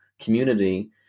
community